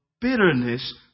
bitterness